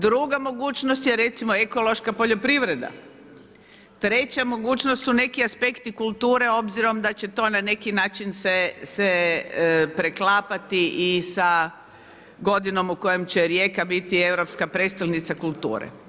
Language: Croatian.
Druga mogućnost je recimo ekološka poljoprivreda, treća mogućnost su neki aspekti kulture obzirom da će to na neki način se preklapati i sa godinom u kojem će Rijeka biti europska prijestolnica kulture.